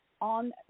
on